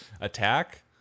Attack